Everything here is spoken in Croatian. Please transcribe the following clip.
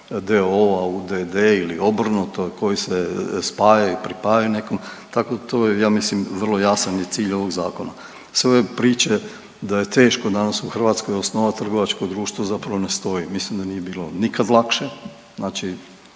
d.o.o.-a u d.d. ili obrnuto, koji se spajaju i pripajaju nekom, tako to ja mislim vrlo jasan je cilj ovog zakona. Sve ove priče da je teško danas u Hrvatskoj osnovat trgovačko društvo zapravo ne stoji, mislim da nije bilo nikad lakše, znači